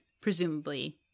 presumably